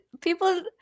people